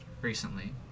recently